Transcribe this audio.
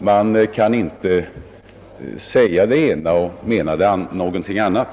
Man kan inte säga det ena och mena någonting annat.